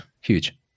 huge